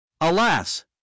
Alas